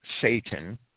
Satan